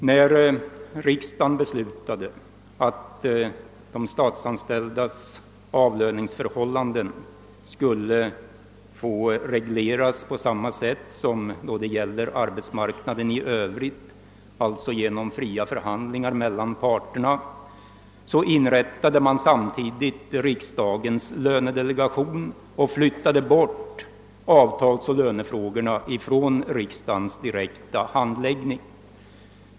När riksdagen beslutade att de statsanställdas avlöningsförhållanden skulle regleras på samma sätt som på arbetsmarknaden i övrigt, alltså genom fria förhandlingar mellan parterna, inrättades samtidigt riksdagens lönedelegation, och avtalsoch lönefrågorna flyttades bort från riksdagens direkta handläggning.